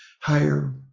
higher